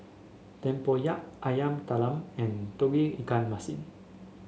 tempoyak Yam Talam and Tauge Ikan Masin